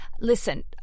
Listen